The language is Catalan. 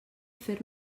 fer